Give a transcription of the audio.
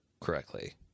correctly